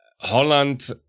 Holland